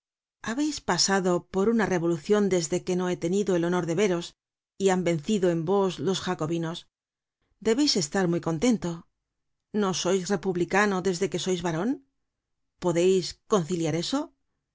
habeis pasado por una revolucion desde que no he tenido el honor de veros y han vencido en vos los jacobinos debeis estar muy contento no sois republicano desde que sois baron podeis conciliar eso